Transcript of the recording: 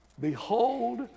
Behold